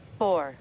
four